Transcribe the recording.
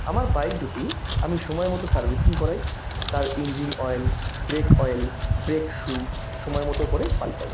আমার বাইক দুটি আমি সময় মতো সার্ভিসিং করাই তার engine oil brake oil brake shoe সময় মতো করে পাল্টাই